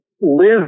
live